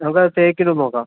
നമുക്ക് തേക്കിൻ്റ ഒന്ന് നോക്കാം